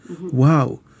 Wow